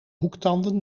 hoektanden